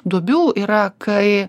duobių yra kai